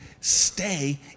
stay